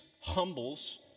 humbles